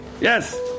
Yes